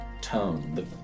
tone